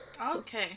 Okay